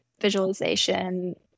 visualization